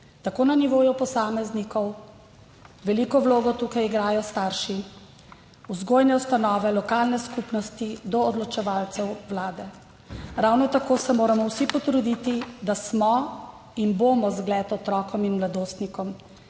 tudi na nivoju posameznikov, veliko vlogo tukaj igrajo starši, vzgojne ustanove, lokalne skupnosti, odločevalci vlade. Ravno tako se moramo vsi potruditi, da smo in bomo zgled otrokom in mladostnikom.